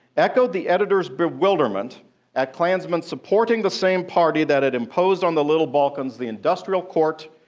echoed the editor's bewilderment at klansmen supporting the same party that had imposed on the little balkans the industrial court,